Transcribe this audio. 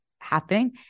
Happening